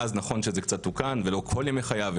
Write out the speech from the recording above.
מאז נכון שזה קצת תוקן ולא כל ימי חייו,